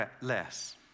less